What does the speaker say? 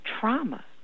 trauma